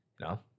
No